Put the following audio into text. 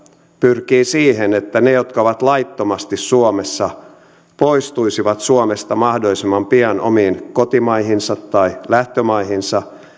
pyrkii siihen että ne jotka ovat laittomasti suomessa poistuisivat suomesta mahdollisimman pian omiin kotimaihinsa tai lähtömaihinsa